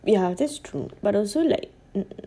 so like I can't hear you